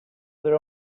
their